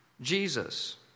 Jesus